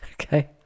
okay